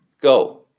Go